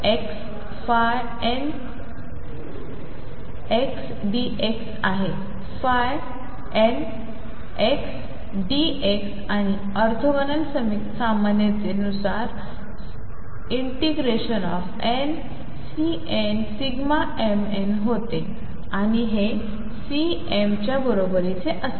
ϕ n dx आणि ortho सामान्यतेनुसार हे nCnmn होते आणि हे Cmच्या बरोबरीचे असते